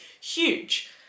huge